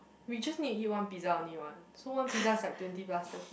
we just need eat one pizza only [what] so one pizza is like twenty plus thirty